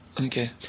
Okay